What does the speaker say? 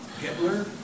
Hitler